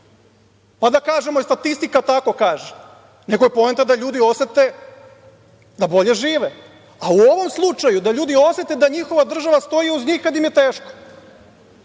pa da kažemo – statistika tako kaže, nego je poenta da ljudi osete da bolje žive, a u ovom slučaju da ljudi osete da njihova država stoji uz njih kad im je teško